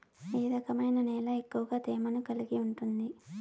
ఏ రకమైన నేల ఎక్కువ తేమను కలిగి ఉంటుంది?